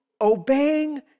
obeying